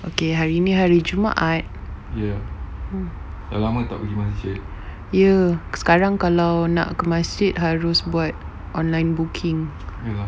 okay hari ini hari jumaat ya sekarang kalau nak ke masjid harus buat online booking